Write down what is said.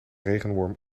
regenworm